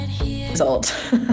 result